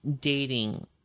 dating